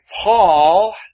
Paul